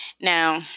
now